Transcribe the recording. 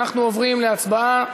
אנחנו עוברים להצבעה.